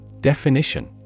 Definition